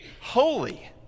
holy